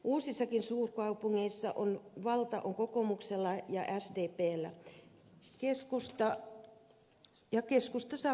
uusissakin suurkaupungeissa valta on kokoomuksella ja sdpllä ja keskusta saa katsella sivusta